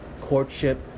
courtship